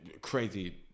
crazy